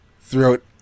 throughout